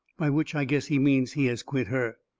by which i guess he means he has quit her.